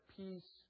peace